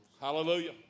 Hallelujah